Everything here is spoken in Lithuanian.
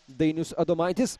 dainius adomaitis